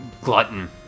glutton